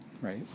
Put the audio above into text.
right